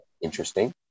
interesting